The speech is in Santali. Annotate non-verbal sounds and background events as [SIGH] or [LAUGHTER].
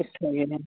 [UNINTELLIGIBLE]